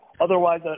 Otherwise